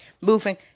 moving